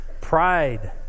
pride